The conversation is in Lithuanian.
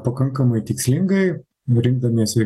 pakankamai tikslingai rinkdamiesi